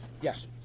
Yes